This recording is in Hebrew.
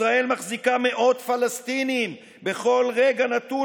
ישראל מחזיקה מאות פלסטינים בכל רגע נתון